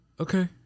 Okay